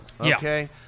Okay